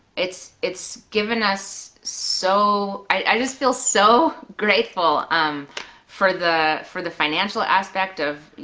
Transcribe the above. it's it's given us so, i just feel so grateful um for the for the financial aspect of,